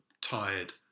tired